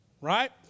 Right